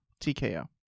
TKO